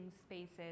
spaces